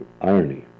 irony